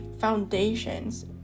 foundations